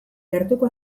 gertuko